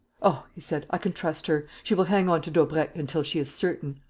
oh, he said, i can trust her! she will hang on to daubrecq until she is certain.